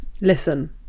listen